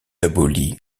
aboli